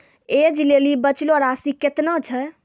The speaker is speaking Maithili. ऐज लेली बचलो राशि केतना छै?